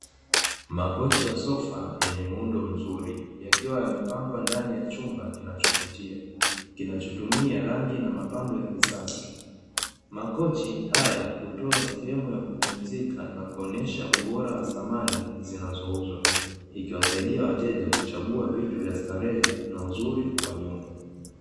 Makochi ya sofa yenye muundo mzuri yakiwa yamepangwa ndani ya chumba kinachovutia, kinachotumia rangi na mapambo ya kisasa. Makochi haya hutoa sehemu ya kupumzika na kuonesha ubora wa samani zinazouzwa, ikiwasaidia wateja kuchagua vitu vya starehe na uzuri wa nyumba.